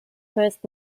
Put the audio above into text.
first